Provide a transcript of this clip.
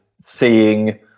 seeing